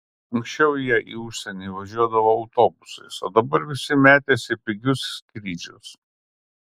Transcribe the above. anksčiau jie į užsienį važiuodavo autobusais o dabar visi metėsi į pigius skrydžius